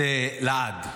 זה לעד.